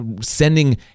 sending